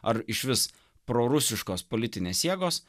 ar išvis prorusiškos politinės jėgos